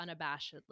unabashedly